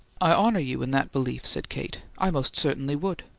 i honour you in that belief, said kate. i most certainly would.